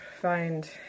find